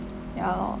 ya lor